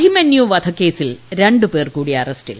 അഭിമന്യൂ വധക്കേസിൽ രണ്ടുപേർ കൂടി അറസ്റ്റിൽ